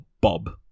Bob